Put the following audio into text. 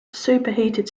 superheated